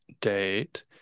date